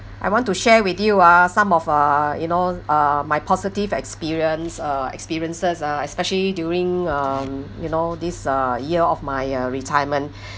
I want to share with you ah some of uh you know uh my positive experience uh experiences ah especially during um you know this uh year of my uh retirement